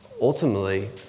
ultimately